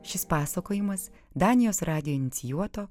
šis pasakojimas danijos radijo inicijuoto